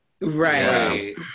Right